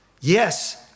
Yes